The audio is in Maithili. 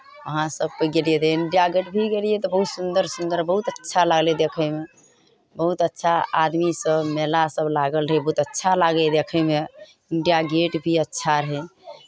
वहाँ सभ कोइ गेलियै रहए इण्डिया गेट भी गेलियै तऽ बहुत सुन्दर सुन्दर बहुत अच्छा लागलै देखैमे बहुत अच्छा आदमीसभ मेलासभ लागल रहै बहुत अच्छा लागै देखैमे इण्डिया गेट भी अच्छा रहै